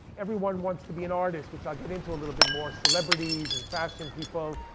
everyone wants to be an artist, which i'll get into a little bit more, celebrities, and fashion people.